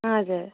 हजुर